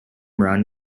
run